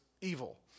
evil